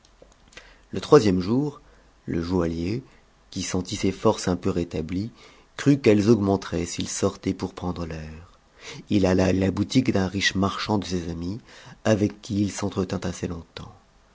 le troisième jour le joaillier qui sentit ses forces un peu rétamies crut qu'elles augmenteraient s'il sortait pour prendre air il alla à la boutique d'un riche marchand de ses amis avec qui il s'entretint assez longtemps